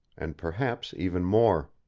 and perhaps even more.